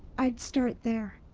i'd start there.